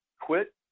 quit